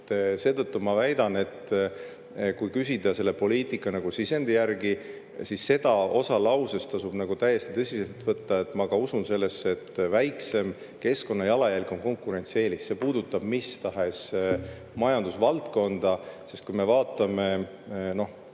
ma väidan, et kui küsida selle poliitika sisendi järgi, siis seda osa lausest tasub täiesti tõsiselt võtta – ma ka usun sellesse –, et väiksem keskkonnajalajälg on konkurentsieelis. See puudutab mis tahes majandusvaldkonda, sest kui me vaatame